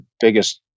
biggest